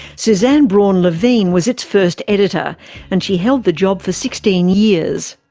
suzanne braun levine was its first editor and she held the job for sixteen years.